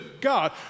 God